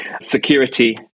security